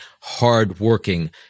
hardworking